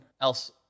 else